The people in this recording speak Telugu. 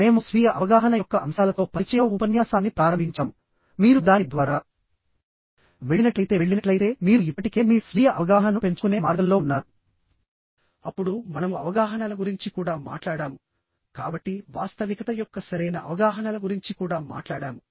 మేము స్వీయ అవగాహన యొక్క అంశాలతో పరిచయ ఉపన్యాసాన్ని ప్రారంభించాము మీరు దాని ద్వారా వెళ్ళినట్లయితే వెళ్ళినట్లయితే మీరు ఇప్పటికే మీ స్వీయ అవగాహనను పెంచుకునే మార్గంలో ఉన్నారు అప్పుడు మనము అవగాహనల గురించి కూడా మాట్లాడాము కాబట్టి వాస్తవికత యొక్క సరైన అవగాహనల గురించి కూడా మాట్లాడాము